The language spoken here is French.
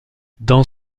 dans